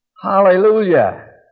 Hallelujah